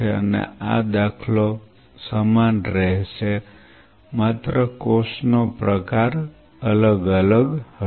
અને આ દાખલો સમાન રહેશે માત્ર કોષનો પ્રકાર અલગ અલગ હશે